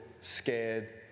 scared